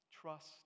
Trust